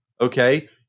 Okay